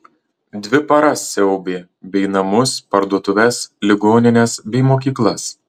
dvi paras siaubė bei namus parduotuves ligonines bei mokyklas